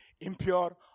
impure